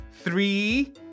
three